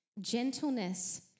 gentleness